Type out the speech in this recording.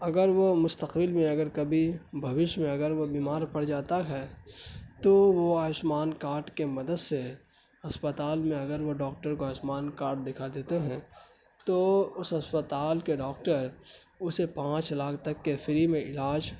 اگر وہ مستقبل میں اگر کبھی بھوشیہ میں اگر وہ بیمار پڑ جاتا ہے تو وہ آیوشمان کارڈ کے مدد سے اسپتال میں اگر وہ ڈاکٹر کو آیوسمان کارڈ دکھا دیتے ہیں تو اس اسپتال کے ڈاکٹر اسے پانچ لاکھ تک کے فری میں علاج